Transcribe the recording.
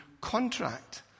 contract